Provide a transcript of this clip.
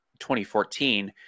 2014